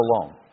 alone